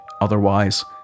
Otherwise